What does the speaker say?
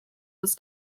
was